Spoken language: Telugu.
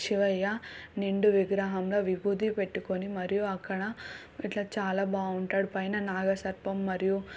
శివయ్య నిండు విగ్రహంలా విభూది పెట్టుకోని మరియు అక్కడ ఇట్లా చాలా బాగుంటాడు పైన నాగసర్పం మరియు